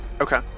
Okay